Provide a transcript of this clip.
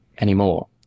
anymore